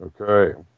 Okay